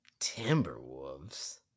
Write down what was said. Timberwolves